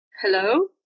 Hello